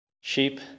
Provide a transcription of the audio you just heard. sheep